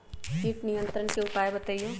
किट नियंत्रण के उपाय बतइयो?